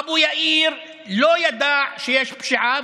אבו יאיר לא ידע שיש פשיעה,